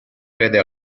erede